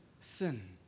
sin